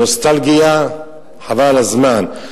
נוסטלגיה, חבל על הזמן.